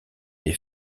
des